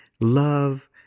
love